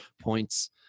points